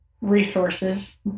resources